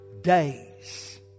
Days